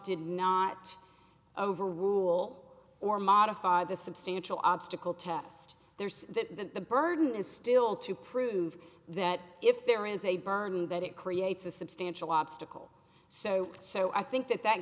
did not over will or modify the substantial obstacle test there's that the burden is still to prove that if there is a burning that it creates a substantial obstacle so so i think that that